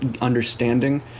understanding